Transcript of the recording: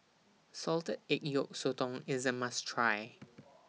Salted Egg Yolk Sotong IS A must Try